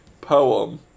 poem